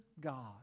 God